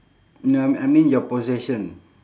no I I mean your possessions